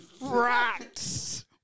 Rats